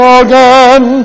again